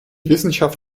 wissenschaft